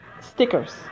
stickers